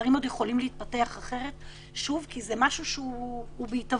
הדברים עוד יכולים להתפתח אחרת כי זה משהו שהוא בהתהוות.